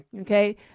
Okay